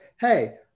hey